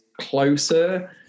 closer